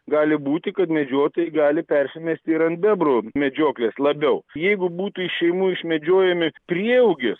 gali būti kad medžiotojai gali persimesti ir ant bebrų medžioklės labiau jeigu būtų iš šeimų išmedžiojami prieaugis